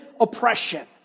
oppression